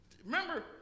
Remember